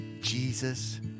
Jesus